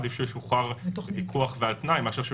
עדיף שהוא ישוחרר בפיקוח ועל תנאי מאשר שהוא